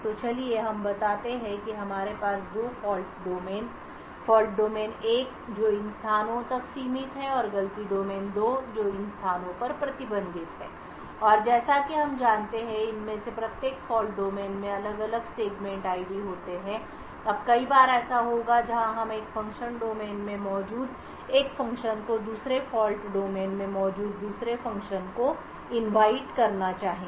तो चलिए हम बताते हैं कि हमारे पास दो फॉल्ट डोमेन हैं फॉल्ट डोमेन 1 जो इन स्थानों तक सीमित है और गलती डोमेन 2 जो इन स्थानों पर प्रतिबंधित है और जैसा कि हम जानते हैं कि इनमें से प्रत्येक फॉल्ट डोमेन में अलग अलग सेगमेंट आईडी होते हैं अब कई बार ऐसा होगा जहां हम एक फंक्शन डोमेन में मौजूद एक फंक्शन को दूसरे फॉल्ट डोमेन में मौजूद दूसरे फंक्शन को इनवाइट करना चाहेंगे